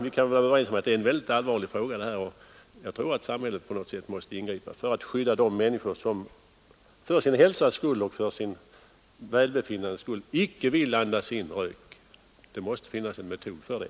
Vi kan väl vara överens om att detta är en väldigt allvarlig fråga, och jag tror att samhället på något sätt måste ingripa för att skydda de människor som för sin hälsas och sitt välbefinnandes skull inte vill andas in tobaksrök — det måste finnas en metod för det.